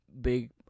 big